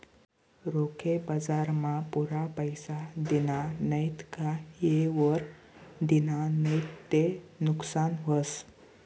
रोखे बजारमा पुरा पैसा दिना नैत का येयवर दिना नैत ते नुकसान व्हस